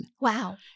Wow